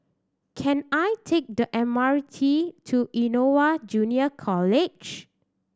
can I take the M R T to Innova Junior College